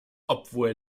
obwohl